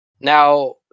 Now